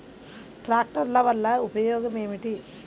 ట్రాక్టర్ల వల్ల ఉపయోగం ఏమిటీ?